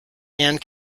and